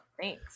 Thanks